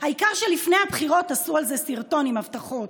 העיקר שלפני הבחירות עשו על זה סרטון עם הבטחות.